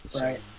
Right